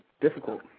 difficult